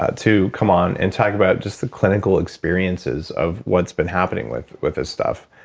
ah to come on and talk about just the clinical experiences of what's been happening with with this stuff,